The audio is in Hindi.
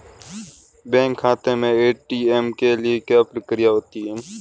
बैंक खाते में ए.टी.एम के लिए क्या प्रक्रिया होती है?